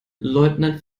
leutnant